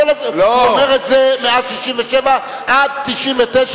הוא אומר את זה מאז 1967 עד 1999,